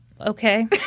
Okay